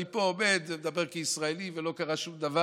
אני עומד פה ומדבר כישראלי ולא קרה שום דבר.